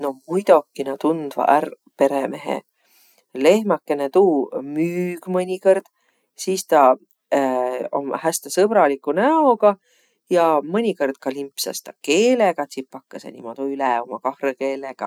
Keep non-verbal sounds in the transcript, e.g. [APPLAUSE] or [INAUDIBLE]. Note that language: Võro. No muidoki nä tundvaq ärq peremehe. Lehmäkene tuu müüg mõnikõrd. Sis tä [HESITATION] om häste sõbraligu näogaq ja mõnikõrd ka limpsas tä keelegaq tsipakõsõ niimoodu üle oma kahrõ keelegaq.